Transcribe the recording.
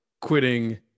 Quitting